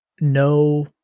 no